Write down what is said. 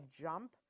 jump